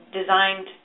designed